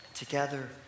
Together